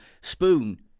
Spoon